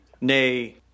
nay